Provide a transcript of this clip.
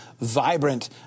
vibrant